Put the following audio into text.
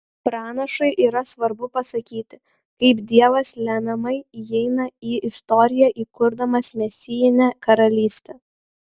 pranašui yra svarbu pasakyti kaip dievas lemiamai įeina į istoriją įkurdamas mesijinę karalystę